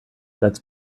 that’s